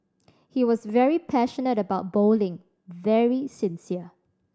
he was very passionate about bowling very sincere